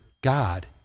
God